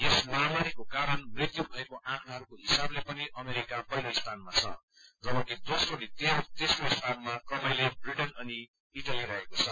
यस महामारीको कारण मृत्यु भएको आँकड़ाहरूको हिसाबले पनि अमेरिका पहिलो स्थानमा छ जबकि दोस्रो अनि तेस्रो स्थानमा क्रमैले ब्रिटेन अनि इटली रहेको छ